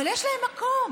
אבל יש להם מקום.